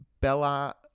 Bella